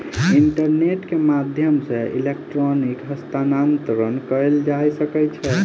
internet के माध्यम सॅ इलेक्ट्रॉनिक हस्तांतरण कयल जा सकै छै